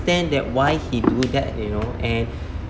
that why he do that you know and